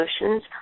emotions